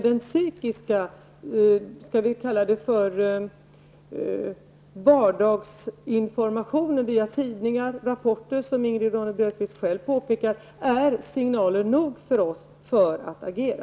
Den vardagsinformation som vi får via tidningar och rapporter, som Ingrid Ronne Björkqvist själv påpekade, är signaler nog för oss att agera.